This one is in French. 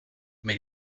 mais